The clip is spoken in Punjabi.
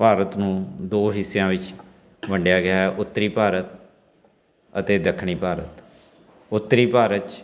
ਭਾਰਤ ਨੂੰ ਦੋ ਹਿੱਸਿਆਂ ਵਿੱਚ ਵੰਡਿਆ ਗਿਆ ਉੱਤਰੀ ਭਾਰਤ ਅਤੇ ਦੱਖਣੀ ਭਾਰਤ ਉੱਤਰੀ ਭਾਰਤ 'ਚ